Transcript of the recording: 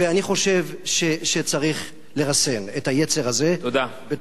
ואני חושב שצריך לרסן את היצר הזה בתוכנו.